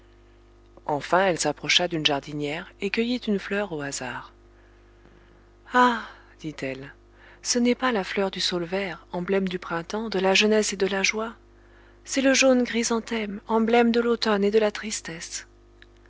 enfin elle s'approcha d'une jardinière et cueillit une fleur au hasard ah dit-elle ce n'est pas la fleur du saule vert emblème du printemps de la jeunesse et de la joie c'est le jaune chrysanthème emblème de l'automne et de la tristesse